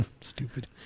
stupid